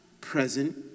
present